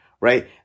right